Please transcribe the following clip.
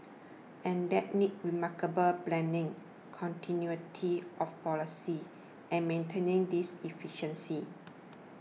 and that needs remarkable planning continuity of policy and maintaining this efficiency